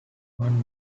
one